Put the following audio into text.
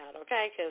okay